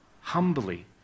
humbly